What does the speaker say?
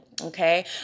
Okay